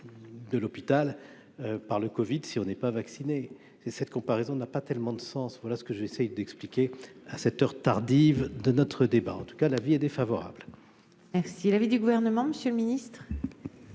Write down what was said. de l'hôpital par le Covid si on n'est pas vacciné, c'est cette comparaison n'a pas tellement de sens, voilà ce que j'essaie d'expliquer à cette heure tardive de notre débat, en tout cas l'avis est défavorable. Merci l'avis du gouvernement, Monsieur le Ministre,